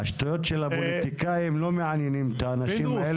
השטויות של הפוליטיקאים לא מעניינים את האנשים,